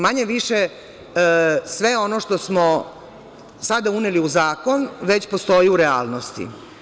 Manje – više sve ono što smo sada uneli u zakon, već postoji u realnosti.